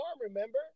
remember